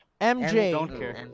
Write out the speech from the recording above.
MJ